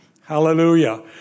Hallelujah